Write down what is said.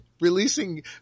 releasing